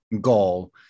goal